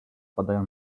wpadają